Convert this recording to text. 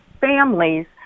families